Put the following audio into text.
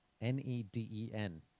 N-E-D-E-N